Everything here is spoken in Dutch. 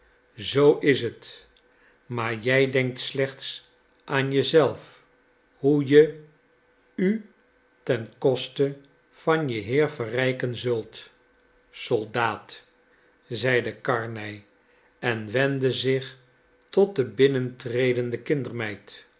zoo is het maar jij denkt slechts aan je zelf hoe je u ten koste van je heer verrijken zult soldaat zei karnej en wendde zich tot de binnentredende